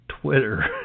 Twitter